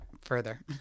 further